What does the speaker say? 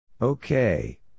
Okay